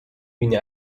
بینی